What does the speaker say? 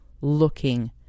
looking